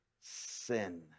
sin